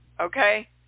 Okay